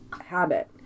habit